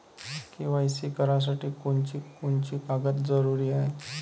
KYC करासाठी कोनची कोनची कागद जरुरी हाय?